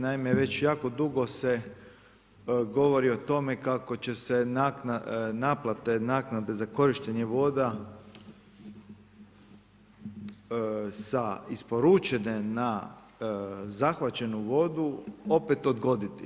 Naime, već jako dugo se govori o tome kao će se naplate naknade za korištenje voda isporučene na zahvaćenu vodu opet odgoditi.